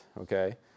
okay